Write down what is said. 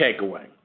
takeaway